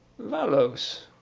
Valos